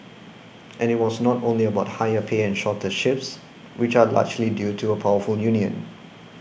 and it was not only about higher pay and shorter shifts which are largely due to a powerful union